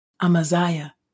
Amaziah